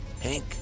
Hank